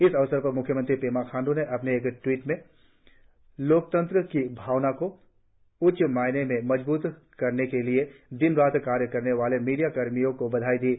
इस अवसर पर म्ख्यमंत्री पेमा खाण्डू ने अपने एक ट्वीट में लोकतंत्र की भावना को सच्चे मायने में मजबूत करने के लिए दिन रात कार्य करने वाले मीडिया कर्मियिओं को बधाई दी है